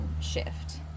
shift